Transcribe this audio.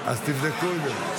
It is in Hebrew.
תבדקו את זה.